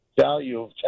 value